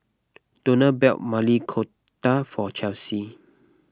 Donell bell Maili Kofta for Chelsea